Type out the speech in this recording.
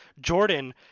Jordan